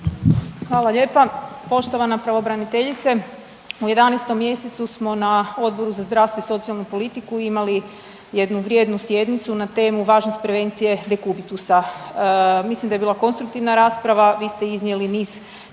Hvala lijepa. Poštovana pravobraniteljice u 11. mjesecu smo na Odboru za zdravstvo i socijalnu politiku imali jednu vrijednu sjednicu na temu važnost prevencije dekubitusa. Mislim da je bila konstruktivna rasprava, vi ste iznijeli niz